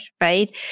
right